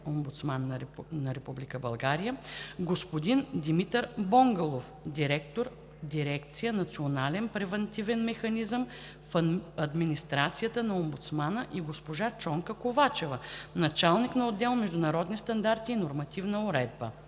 Ковачева – заместник-омбудсман, господин Димитър Бонгалов – директор на дирекция „Национален превантивен механизъм“ в администрацията на омбудсмана, и госпожа Чонка Ковачева – началник на отдел „Международни стандарти и нормативна уредба“.